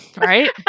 Right